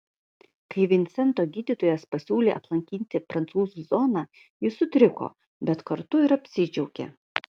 kai vincento gydytojas pasiūlė aplankyti prancūzų zoną jis sutriko bet kartu ir apsidžiaugė